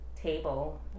table